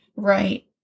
Right